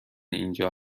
اینجا